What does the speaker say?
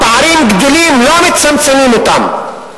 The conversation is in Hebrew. הפערים גדלים, לא מצמצמים אותם.